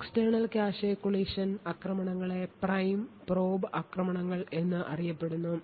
external cache collision ആക്രമണങ്ങളെ prime probe ആക്രമണങ്ങൾ എന്നറിയപ്പെടുന്നു